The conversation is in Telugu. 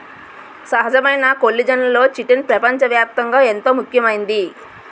సహజమైన కొల్లిజన్లలో చిటిన్ పెపంచ వ్యాప్తంగా ఎంతో ముఖ్యమైంది